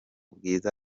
bwiza